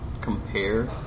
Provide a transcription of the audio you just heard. compare